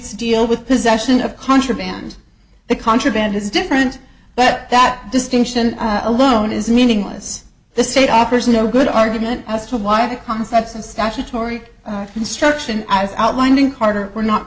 statutes deal with possession of contraband the contraband is different but that distinction alone is meaningless the state offers no good argument as to why the concepts and statutory construction i've outlined in carter were not